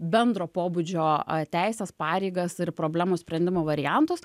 bendro pobūdžio teises pareigas ir problemų sprendimo variantus